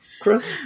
Chris